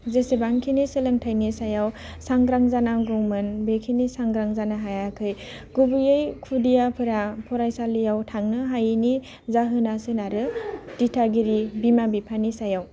जेसेबांखिनि सोलोंथाइनि सायाव सांग्रां जानांगौमोन बेखिनि सांग्रां जानो हायाखै गुबैयै खुदियाफोरा फरायसालियाव थांनो हायैनि जाहोना सोनारो दिथागिरि बिमा बिफानि सायाव